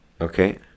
Okay